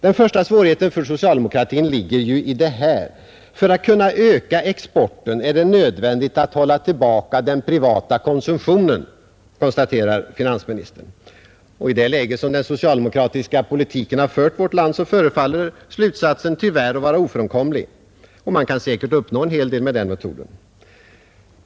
Den första svårigheten för socialdemokratin kan beskrivas så här: För att kunna öka exporten är det nödvändigt att hålla tillbaka den privata konsumtionen, konstaterar finansministern. I det läge som den socialdemokratiska politiken försatt vårt land förefaller slutsatsen tyvärr vara ofrånkomlig. Man kan också säkert uppnå en hel del med denna metod.